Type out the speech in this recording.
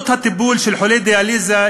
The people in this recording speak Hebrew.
עלות הטיפול בחולה דיאליזה,